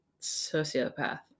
sociopath